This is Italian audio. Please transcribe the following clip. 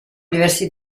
diversi